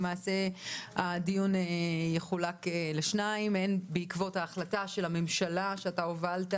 למעשה הדיון יחולק לשניים הן בעקבות ההחלטה של הממשלה שאתה הובלת